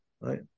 right